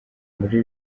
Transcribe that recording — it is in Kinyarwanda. muri